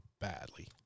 badly